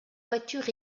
voiture